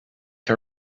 her